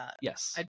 Yes